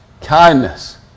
Kindness